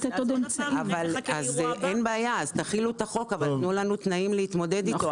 תחילו את החוק אבל תנו לנו תנאים להתמודד איתו.